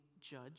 judge